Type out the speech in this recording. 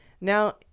Now